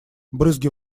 брызги